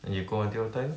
and you go until what time